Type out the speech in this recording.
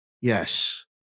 Yes